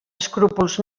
escrúpols